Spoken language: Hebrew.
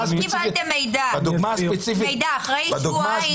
קיבלתם מידע, מידע אחרי שבועיים.